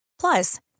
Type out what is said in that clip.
Plus